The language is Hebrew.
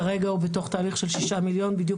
כרגע הוא בתוך תהליך של שישה מיליון .בדיוק